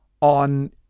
on